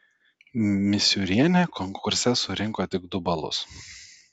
misiūrienė konkurse surinko tik du balus